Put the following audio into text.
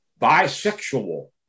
bisexual